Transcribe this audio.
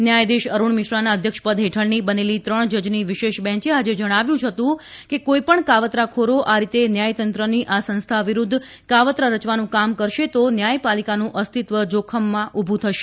ન્યાયાધીશ અરૂણ મિશ્રાના અધ્યક્ષ પદ હેઠળની બનેલી ત્રણ જજની વિશેષ બેન્ચે આજે જણાવ્યું હતું કે કોઈપણ કાવતારાખોરો આ રીતે ન્યાયતંત્રની આ સંસ્થા વિરૂધ્ધ કાવતરા રચવાનું કામ કરશે તો ન્યાયપાલિકાનું અસ્તિવમાં જોખમ ઊભું થશે